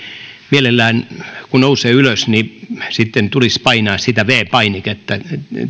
mielellään kun nousee ylös sitten tulisi painaa sitä viides painiketta